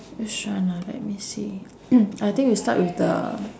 which one ah let me see mm I think we start with the